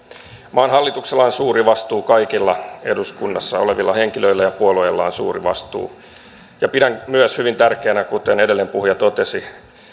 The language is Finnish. maan hallituksella on suuri vastuu kaikilla eduskunnassa olevilla henkilöillä ja puolueilla on suuri vastuu ja pidän myös hyvin tärkeänä kuten edellinen puhuja totesi